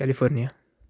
California